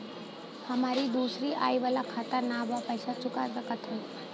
हमारी दूसरी आई वाला खाता ना बा पैसा चुका सकत हई?